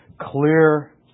clear